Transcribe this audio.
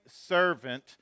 servant